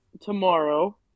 tomorrow